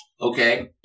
okay